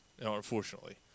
unfortunately